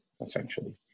essentially